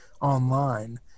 online